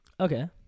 Okay